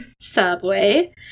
Subway